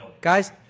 Guys